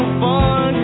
fun